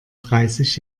dreißig